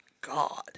God